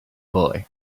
boy